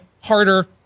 harder